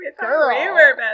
girl